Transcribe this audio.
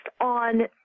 on